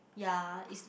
ya is